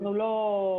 אנחנו לא שם,